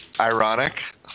Ironic